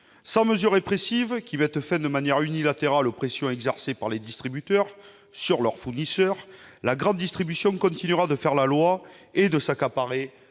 Sans mesures répressives mettant fin de manière unilatérale aux pressions exercées par les distributeurs sur leurs fournisseurs, la grande distribution continuera de faire la loi et de s'accaparer